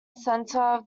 center